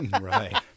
right